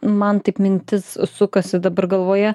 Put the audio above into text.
man taip mintis sukasi dabar galvoje